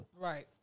Right